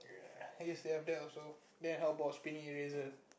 ya I used to have that also then how about spinning eraser